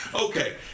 Okay